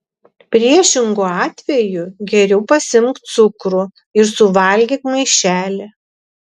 priešingu atveju geriau pasiimk cukrų ir suvalgyk maišelį